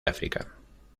áfrica